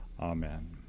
Amen